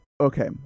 Okay